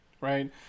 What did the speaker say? Right